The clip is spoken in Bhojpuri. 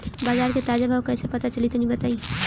बाजार के ताजा भाव कैसे पता चली तनी बताई?